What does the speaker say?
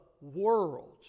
world